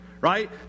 right